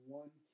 one